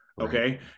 Okay